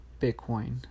Bitcoin